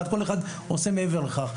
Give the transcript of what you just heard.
כל אחד עושה מעבר לכך.